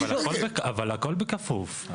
אבל הכל בכפוף.